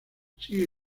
sigue